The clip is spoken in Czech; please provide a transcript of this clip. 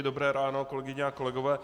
Dobré ráno, kolegyně a kolegové.